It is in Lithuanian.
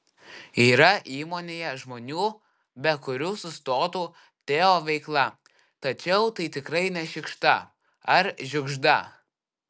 yra įmonėje žmonių be kurių sustotų teo veikla tačiau tai tikrai ne šikšta ar žiugžda